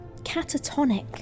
Catatonic